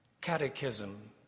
catechism